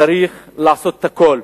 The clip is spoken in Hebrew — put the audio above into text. צריך לעשות הכול,